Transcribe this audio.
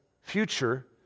future